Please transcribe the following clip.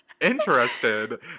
interested